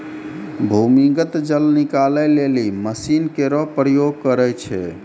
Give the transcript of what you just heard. भूमीगत जल निकाले लेलि मसीन केरो प्रयोग करै छै